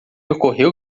ocorreu